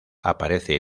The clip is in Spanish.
aparece